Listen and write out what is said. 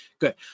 good